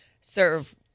serve